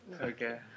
Okay